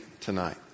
tonight